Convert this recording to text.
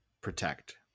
protect